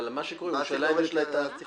אבל מה שקורה זה שירושלים יש לה --- ואז צריך